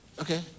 Okay